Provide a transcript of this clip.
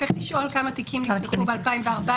צריך לשאול כמה תיקים נפתחו ב-2014